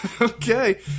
Okay